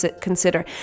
consider